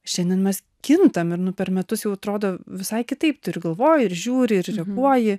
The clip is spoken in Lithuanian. šiandien mes kintam ir nu per metus jau atrodo visai kitaip tu ir galvoji ir žiūri ir repuoji